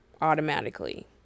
automatically